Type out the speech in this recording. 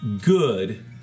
good